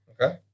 Okay